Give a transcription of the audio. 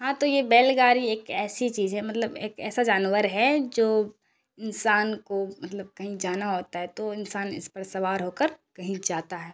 ہاں تو یہ بیل گاڑی ایک ایسی چیز ہے مطلب ایک ایسا جانور ہے جو انسان کو مطلب کہیں جانا ہوتا ہے تو انسان اس پر سوار ہو کر کہیں جاتا ہے